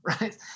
right